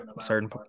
certain